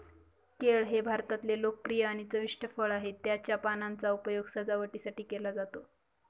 केळ हे भारतातले लोकप्रिय आणि चविष्ट फळ आहे, त्याच्या पानांचा उपयोग सजावटीसाठी केला जातो